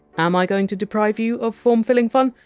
am i going to deprive you of form-filling fun?